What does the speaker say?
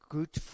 Good